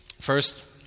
First